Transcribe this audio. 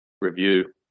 review